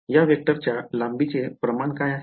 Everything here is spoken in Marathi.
या वेक्टरच्या लांबीचे प्रमाण काय आहे